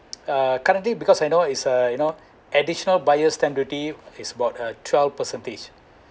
uh currently because I know it's uh you know additional buyer's stamp duty is about uh twelve percentage